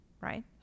right